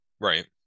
Right